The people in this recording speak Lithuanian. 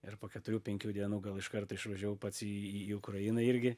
ir po keturių penkių dienų gal iš karto išvažiavau pats į į į ukrainą irgi